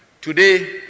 Today